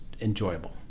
enjoyable